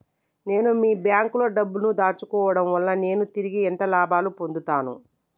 నేను మీ బ్యాంకులో డబ్బు ను దాచుకోవటం వల్ల నేను తిరిగి ఎంత లాభాలు పొందుతాను?